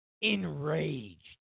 enraged